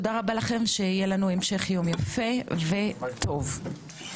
המשך יום יפה וטוב.